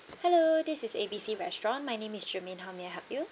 hello this is A B C restaurant my name is shermaine how may I help you